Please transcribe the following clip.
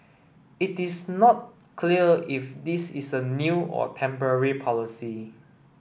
it is not clear if this is a new or temporary policy